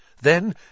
Then